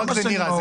לא רק זה, נירה.